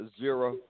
Zero